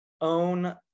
own